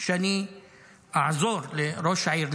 שאני אעזור לראש העיר,